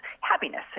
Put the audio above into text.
happiness